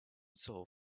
soul